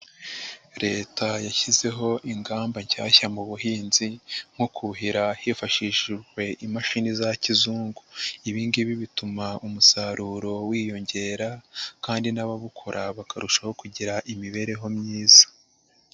Leta yashyizeho ingamba nshyashya mu buhinzi nko kuhira hifashishijwe imashini za kizungu, ibi ngibi bituma umusaruro wiyongera kandi n'abawukora bakarushaho kugira imibereho myiza.